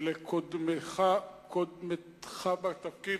ולקודמתך בתפקיד,